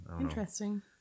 Interesting